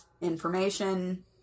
information